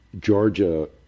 Georgia